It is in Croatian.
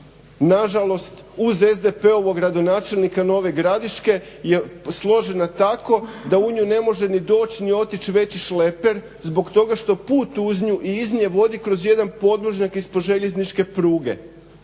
nažalost uz SDP-ovog gradonačelnika Nove Gradiške je složene tako da u nju ne može ni doć ni otić veći šleper zbog toga što put uz nju i iz nje vodi jedan podvožnjak ispod željezničke pruge.